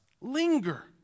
linger